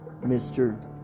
Mr